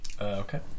Okay